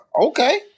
Okay